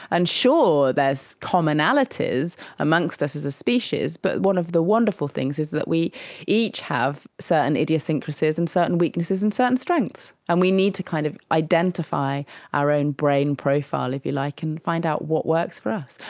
and sure, there's commonalities amongst us as a species, but one of the wonderful things is that we each have certain idiosyncrasies and certain weaknesses and certain strengths and we need to kind of identify our own brain profile, if you like, and find out what works for us.